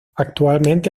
actualmente